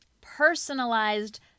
personalized